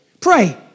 Pray